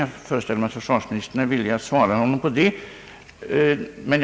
Jag föreställer mig att försvarsministern är villig att svara honom på den punkten.